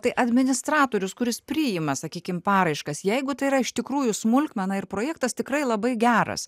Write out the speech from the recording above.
tai administratorius kuris priima sakykim paraiškas jeigu tai yra iš tikrųjų smulkmena ir projektas tikrai labai geras